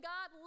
God